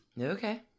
okay